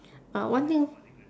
but one thing